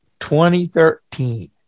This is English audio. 2013